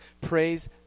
Praise